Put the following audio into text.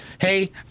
hey